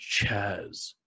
Chaz